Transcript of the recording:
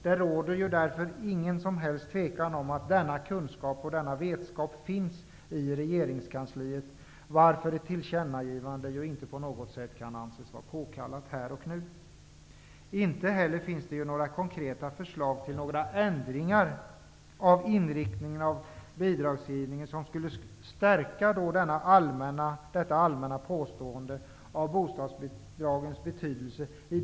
Det råder därför inget som helst tvivel om att denna kunskap och vetskap finns i regeringskansliet, varför ett tillkännagivande inte på något sätt kan anses vara påkallat här och nu. Inte heller finns det i den motion och i den reservation som man nu talar för några konkreta förslag till ändrad inriktning av bidragsgivningen som skulle stärka det allmänna påståendet om bostadsbidragens betydelse.